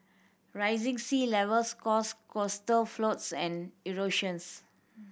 rising sea levels cause coastal floods and erosions